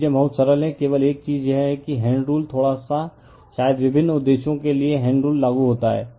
तो चीजें बहुत सरल हैं केवल एक चीज यह है कि हैण्ड रूल थोड़ा सा शायद विभिन्न उद्देश्यों के लिए हैण्ड रूल लागू होता है